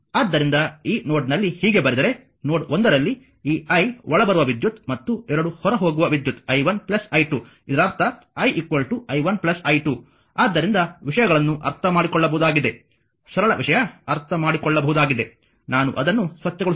ಆದ್ದರಿಂದ ಈ ನೋಡ್ನಲ್ಲಿ ಹೀಗೆ ಬರೆದರೆ ನೋಡ್ 1ರಲ್ಲಿ ಈ i ಒಳಬರುವ ವಿದ್ಯುತ್ ಮತ್ತು ಎರಡು ಹೊರಹೋಗುವ ವಿದ್ಯುತ್ i1 i2 ಇದರರ್ಥ i i1 i2 ಆದ್ದರಿಂದ ವಿಷಯಗಳನ್ನು ಅರ್ಥಮಾಡಿಕೊಳ್ಳಬಹುದಾಗಿದೆ ಸರಳ ವಿಷಯ ಅರ್ಥಮಾಡಿಕೊಳ್ಳಬಹುದಾಗಿದೆ ನಾನು ಅದನ್ನು ಸ್ವಚ್ಛಗೊಳಿಸುತ್ತೇನೆ